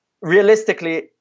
realistically